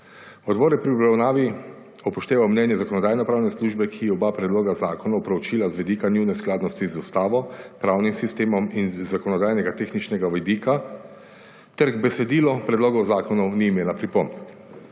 Odbor je pri obravnavi upošteval mnenje Zakonodajno-pravne službe, ki je oba predloga zakonov preučila z vidika njune skladnosti z ustavo, pravnim sistemom in iz zakonodajno-tehničnega vidika, ter k besedilu predlogov zakonov ni imela pripomb.